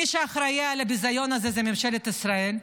מי שאחראי על הביזיון הזה זה ממשלת ישראל.